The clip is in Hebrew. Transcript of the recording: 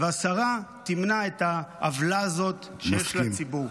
והשרה תמנע את העוולה הזאת לציבור.